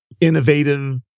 innovative